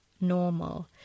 normal